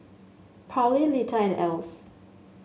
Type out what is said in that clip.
Parley Lita and Else